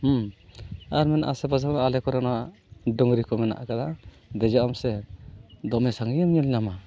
ᱦᱮᱸ ᱟᱨ ᱢᱮᱱᱟᱜᱼᱟ ᱟᱥᱮ ᱯᱟᱥᱮ ᱟᱞᱮ ᱠᱚᱨᱮ ᱱᱚᱣᱟ ᱰᱩᱝᱨᱤ ᱠᱚ ᱢᱮᱱᱟᱜ ᱟᱠᱟᱫᱟ ᱫᱮᱡᱚᱜᱼᱟᱢ ᱥᱮ ᱫᱚᱢᱮ ᱥᱟᱺᱜᱤᱧᱮᱢ ᱧᱮᱞ ᱧᱟᱢᱟ